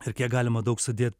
ir kiek galima daug sudėt